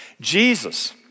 Jesus